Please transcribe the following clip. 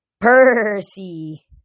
Percy